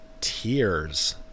tears